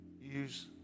use